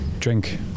drink